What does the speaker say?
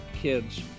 Kids